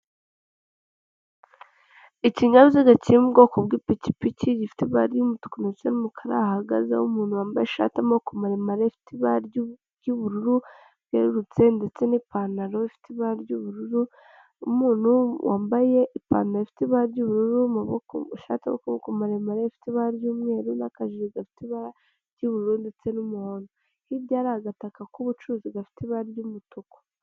Ikinyabiziga kiri mu bwoko bw'ipikipiki gifite ry'umutuku ndetse n'umukara ahahagazeho umuntuntu wambaye ishati ama maremare ifite ibara ry'ubururu bwerurutse ndetse n'ipantaro ifite ibara ry'ubururu umuntu wambaye ipantarofite ibara ry'ubururu muboko ushake ukukuboko maremarefite ibara ry'umweru n'akajiri gafite ibara ry'ubururu ndetse n'umuhondo hirya yari ni agataka k'ubucuruzi gafite ibara ry'umutuku.